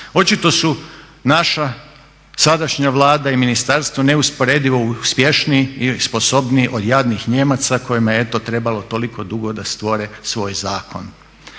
Očito su naša sadašnja Vlada i ministarstvo neusporedivo uspješniji i sposobniji od jadnih Nijemaca kojima je eto trebalo toliko dugo da stvore svoj zakon.